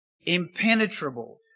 impenetrable